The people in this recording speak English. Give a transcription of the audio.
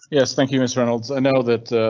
yes, thank you, miss reynolds. i know that, ah?